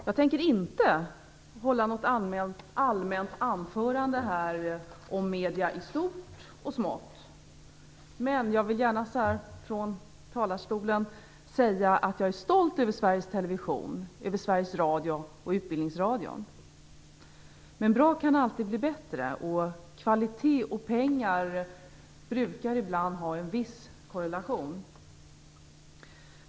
Jag tänker inte hålla något allmänt anförande om medierna i stort och smått, men jag vill gärna från talarstolen säga att jag är stolt över Sveriges Television, över Sveriges Men bra kan alltid bli bättre, och kvalitet och pengar kan ibland ha en viss korrelation.